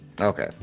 Okay